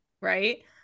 right